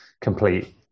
complete